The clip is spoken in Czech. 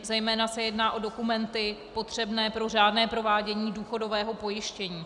Zejména se jedná o dokumenty potřebné pro řádné provádění důchodového pojištění.